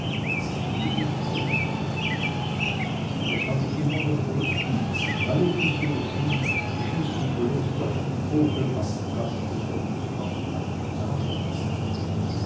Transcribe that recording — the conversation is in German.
du bist auch so und das hab ich immer gefunden alle die so sind die schießen zuletzt doch den vogel ab ganz besonders auch bei den damen